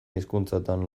hizkuntzatan